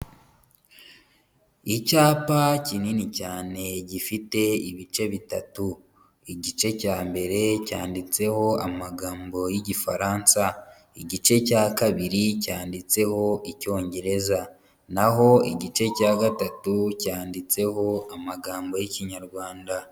Icyapa kinini cyane gifite ibice bitatu, igice cya mbere cyanditseho amagambo y'Igifaransa, igice cya kabiri cyanditseho Icyongereza, naho igice cya gatatu cyanditseho amagambo y'Ikinyarwanda.